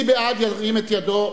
מי בעד, ירים את ידו.